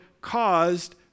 caused